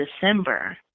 December